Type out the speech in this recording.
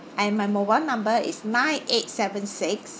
and my mobile number is nine eight seven six